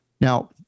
Now